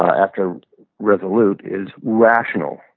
after resolute, is rational.